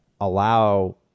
allow